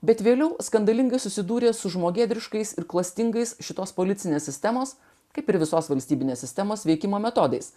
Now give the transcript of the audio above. bet vėliau skandalingai susidūrė su žmogėdriškais ir klastingais šitos policinės sistemos kaip ir visos valstybinės sistemos veikimo metodais